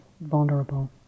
vulnerable